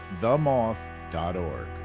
themoth.org